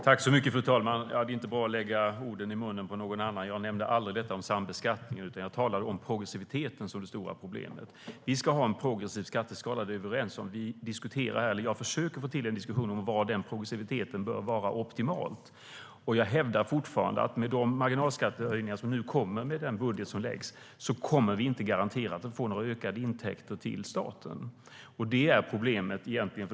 Fru talman! Det är inte bra att lägga orden i munnen på någon annan. Jag nämnde aldrig detta om sambeskattning. Jag talade om progressiviteten som det stora problemet. Vi ska ha en progressiv skatteskala. Det är vi överens om. Jag försöker få till en diskussion om vad den progressiviteten bör vara optimalt. Jag hävdar fortfarande att med de marginalskattehöjningar som nu kommer med den budget som läggs fram kommer vi inte garanterat att få några ökade intäkter till staten. Det är egentligen problemet.